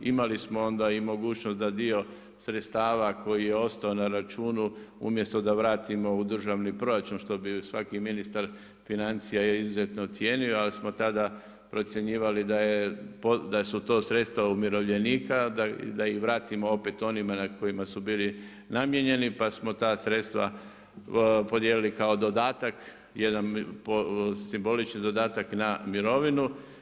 Imali smo onda i mogućnost da dio sredstava koji je ostao na računu umjesto da vratimo u državni proračun što bi svaki ministar financija izuzetno cijenio, ali smo tada procjenjivali da su to sredstva umirovljenika, da ih vratimo opet onima kojima su bili namijenjeni pa smo ta sredstva podijelili kao dodatak, jedan simbolični dodatak na mirovinu.